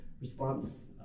response